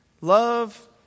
Love